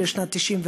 לשנת 1995,